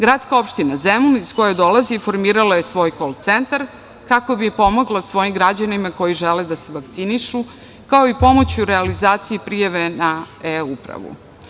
Gradska opština Zemun, iz koje dolazim, formirala je svoj kol centar kako bi pomogla svojih građanima koji žele da se vakcinišu, kao i pomoć u realizaciji prijave na eUpravu.